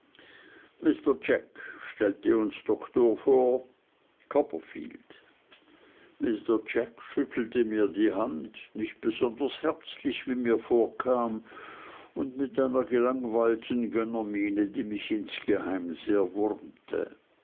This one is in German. mr jack stellte uns der doktor vor copperfield mr jack schüttelte mir die hand nicht besonders herzlich wie mir vorkam und mit einer gelangweilten gönnermiene die mich insgeheim sehr wurmte